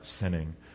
sinning